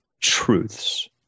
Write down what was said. truths